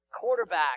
quarterback